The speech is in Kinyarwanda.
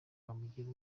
bamugira